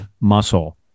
muscle